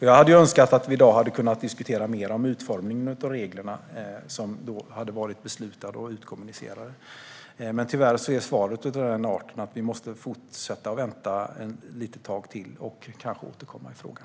Jag hade önskat att vi i dag skulle ha kunnat diskutera mer om utformningen av reglerna som då skulle ha varit beslutade och kommunicerade. Tyvärr är svaret av den arten att vi måste fortsätta att vänta ett litet tag till och återkomma i frågan.